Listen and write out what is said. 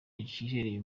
iherereye